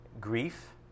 grief